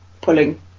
pulling